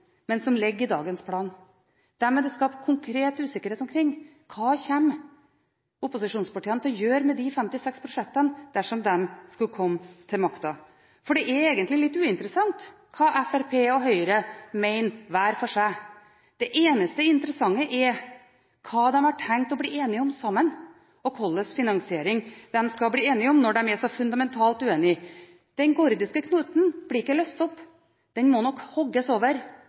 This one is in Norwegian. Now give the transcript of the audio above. men som ligger i dagens plan. Dem er det skapt konkret usikkerhet omkring. Hva kommer opposisjonspartiene til å gjøre med de 56 prosjektene dersom de skulle komme til makten? Det er egentlig litt uinteressant hva Fremskrittspartiet og Høyre mener hver for seg. Det eneste interessante er hva de har tenkt å bli enige om sammen, og hva slags finansiering de skal bli enige om, når de er så fundamentalt uenige. Den gordiske knuten blir ikke løst opp; den må nok hogges over.